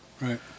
Right